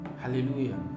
Hallelujah